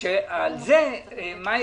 שעל זה מאי